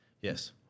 yes